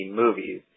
movies